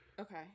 Okay